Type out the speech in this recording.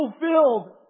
fulfilled